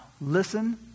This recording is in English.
listen